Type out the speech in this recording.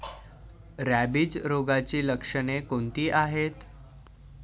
Rabies रोगाची लक्षणे कोणती आहेत?